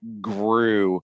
grew